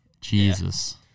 Jesus